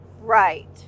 right